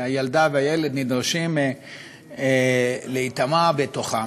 והילדה והילד נדרשים להיטמע בתוכה,